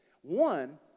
One